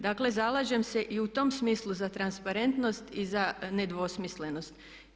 Dakle, zalažem se i u tom smislu za transparentnost i za nedvosmislenost.